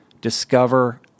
discover